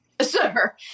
Sir